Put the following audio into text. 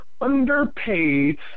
underpaid